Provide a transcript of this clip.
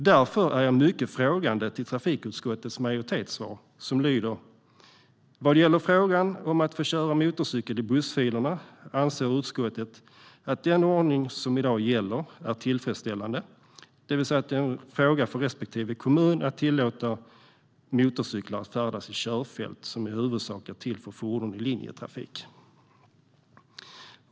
Därför är jag mycket frågande till trafikutskottets majoritetssvar, som lyder: "Vad gäller frågan om att få köra motorcykel i bussfilerna anser utskottet att den ordning som i dag gäller är tillfredsställande, dvs. att det är en fråga för respektive kommun att tillåta att motorcyklar färdas i körfält som i huvudsak är till för fordon i linjetrafik.